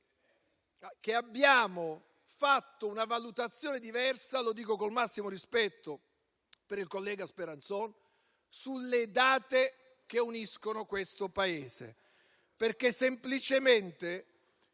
che abbiamo fatto una valutazione diversa - lo dico col massimo rispetto per il collega Speranzon - sulle date che uniscono questo Paese, perché semplicemente